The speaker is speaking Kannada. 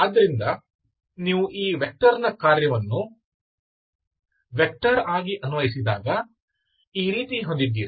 ಆದ್ದರಿಂದ ನೀವು ಈ ವೆಕ್ಟರ್ನ ಕಾರ್ಯವನ್ನು ವೆಕ್ಟರ್ ಆಗಿ ಅನ್ವಯಿಸಿದಾಗ ನೀವು ಈ ರೀತಿ ಹೊಂದಿದ್ದೀರಿ